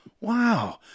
Wow